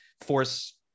force